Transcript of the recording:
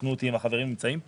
יתקנו אותו אם החברים נמצאים פה,